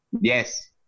Yes